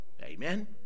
Amen